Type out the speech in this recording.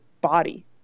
body